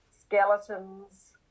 skeletons